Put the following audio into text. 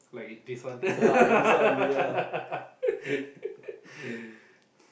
like this one